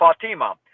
Fatima